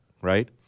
right